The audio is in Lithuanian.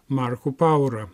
marku paura